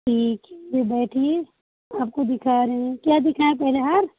ठीक है बैठिए आपको दिखा रही हूँ क्या दिखाएँ पहले हार